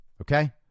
okay